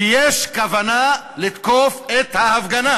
שיש כוונה לתקוף את ההפגנה,